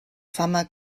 fama